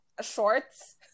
shorts